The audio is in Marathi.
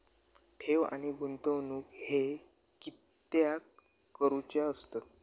ठेव आणि गुंतवणूक हे कित्याक करुचे असतत?